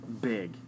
big